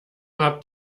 habt